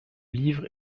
livre